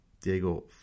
Diego